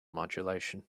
modulation